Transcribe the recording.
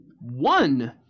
one